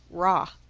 raw.